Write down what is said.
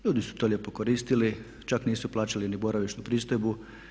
Ljudi su to lijepo koristili, čak nisu plaćali ni boravišnu pristojbu.